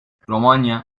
romanya